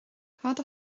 cad